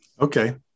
Okay